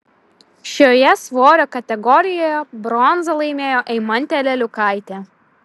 šioje svorio kategorijoje bronzą laimėjo eimantė leliukaitė